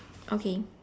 okay